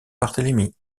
barthélemy